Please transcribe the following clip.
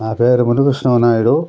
నా పేరు మునికృష్ణం నాయుడు